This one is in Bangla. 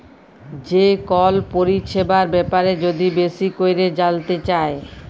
যে কল পরিছেবার ব্যাপারে যদি বেশি ক্যইরে জালতে চায়